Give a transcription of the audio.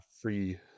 free